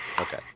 Okay